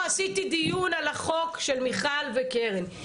אני לא עשיתי דיון על החוק של מיכל וקרן,